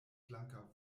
flanka